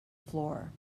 floor